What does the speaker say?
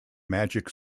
magic